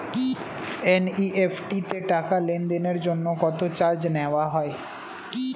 NEFT তে টাকা লেনদেনের জন্য কত চার্জ নেয়া হয়?